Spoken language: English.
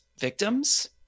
victims